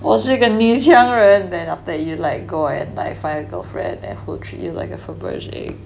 我是一个女强人 then after that you like go and like find a girlfriend and who treat you like a faberge egg